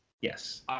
Yes